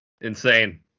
Insane